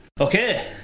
Okay